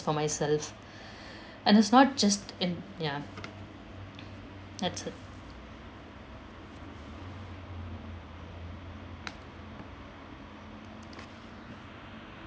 for myself and it's not just in ya that's it